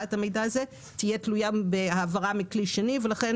את המידע הזה תהיה תלויה בהעברה מכלי שני ולכן